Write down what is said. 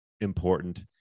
important